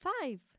five